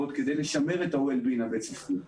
כדי לשמר את ה-Well being הבית ספרי.